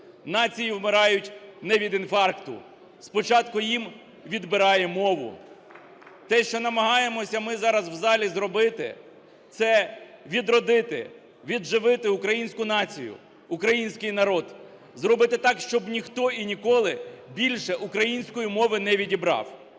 "Нації вмирають не від інфаркту, спочатку їм відбирає мову". Те, що намагаємося ми з зараз в залі зробити, це відродити, відживити українську націю, український народ. Зробити так, щоб ніхто і ніколи більше української мови не відібрав.